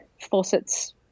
Faucets